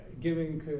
giving